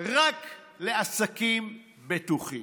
רק לעסקים בטוחים.